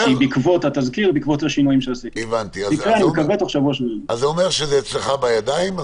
אומר שזה אצלך בידיים.